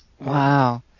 Wow